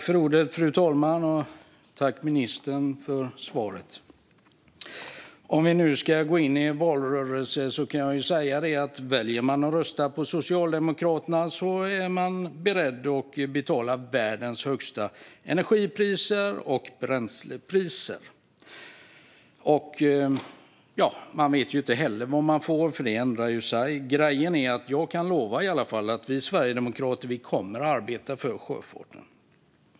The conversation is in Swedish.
Fru talman! Tack, ministern, för svaret! Om vi nu ska gå in i en valrörelse kan jag säga att om man väljer att rösta på Socialdemokraterna är man beredd att betala världens högsta energipriser och bränslepriser. Men man vet inte heller vad man får, eftersom det ändrar sig. Grejen är att jag kan lova att vi sverigedemokrater kommer att arbeta för sjöfarten.